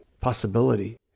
possibility